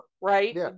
right